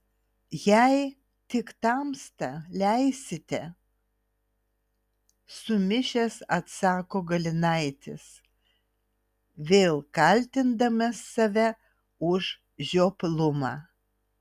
jei tik tamsta leisite sumišęs atsako galinaitis vėl kaltindamas save už žioplumą